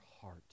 heart